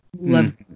love